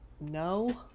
no